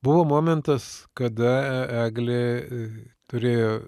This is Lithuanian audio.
buvo momentas kada eglė turėjo